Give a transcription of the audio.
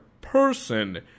person